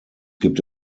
gibt